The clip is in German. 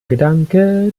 gedanke